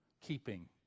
keeping